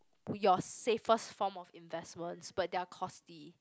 your safest form of investment but they are costly